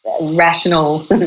rational